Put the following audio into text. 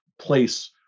place